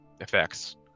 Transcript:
effects